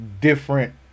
different